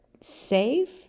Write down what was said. save